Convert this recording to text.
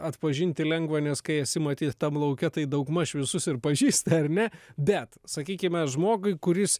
atpažinti lengva nes kai esi matyt tam lauke tai daugmaž visus ir pažįsti ar ne bet sakykime žmogui kuris